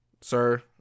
sir